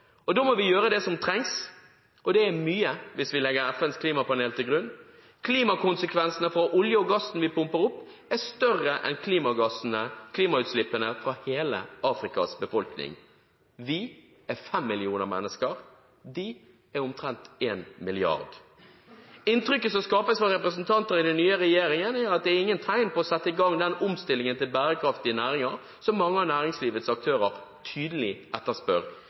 dag. Da må vi gjøre det som trengs, og det er mye hvis vi legger FNs klimapanel til grunn. Klimakonsekvensene av oljen og gassen vi pumper opp, er større enn fra klimautslippene fra hele Afrikas befolkning. Vi er fem millioner mennesker, de er omtrent en milliard. Inntrykket som skapes fra representanter i den nye regjeringen, er at det er ingen tegn til å sette i gang den omstillingen til bærekraftige næringer som mange av næringslivets aktører tydelig etterspør,